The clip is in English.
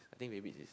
I think baby is